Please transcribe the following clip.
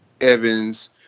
Evans